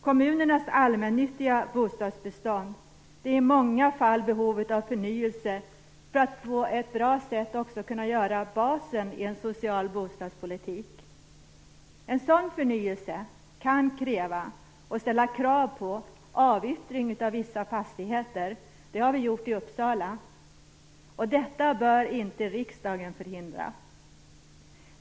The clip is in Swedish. Kommunernas allmännyttiga bostadsbestånd är i många fall i behov av förnyelse för att på ett bra sätt också kunna utgöra basen i en social bostadspolitik. En sådan förnyelse kan kräva avyttring av vissa fastigheter. Det har skett i Uppsala. Detta bör inte riksdagen förhindra.